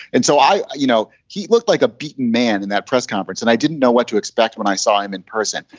and so i you know, he looked like a beaten man in that press conference. and i didn't know what to expect when i saw him in person.